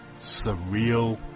surreal